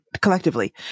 Collectively